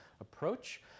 approach